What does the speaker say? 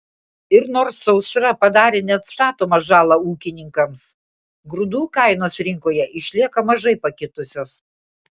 ir nors sausra padarė neatstatomą žalą ūkininkams grūdų kainos rinkoje išlieka mažai pakitusios